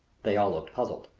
they all looked puzzled.